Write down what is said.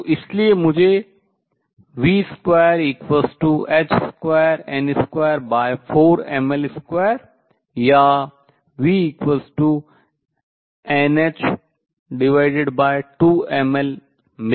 तो इसलिए मुझे v2h2n24mL2 या v मिलता है